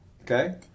Okay